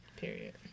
Period